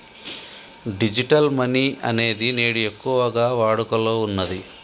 digital money అనేది నేడు ఎక్కువగా వాడుకలో ఉన్నది